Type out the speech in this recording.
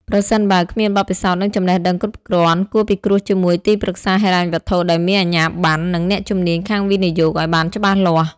ប្រសិនបើ គ្មានបទពិសោធន៍ និងចំណេះដឹងគ្រប់គ្រាន់ គួរពិគ្រោះជាមួយទីប្រឹក្សាហិរញ្ញវត្ថុដែលមានអាជ្ញាប័ណ្ណ និងអ្នកជំនាញខាងវិនិយោគអោយបានច្បាស់លាស់។